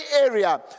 area